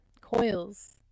coils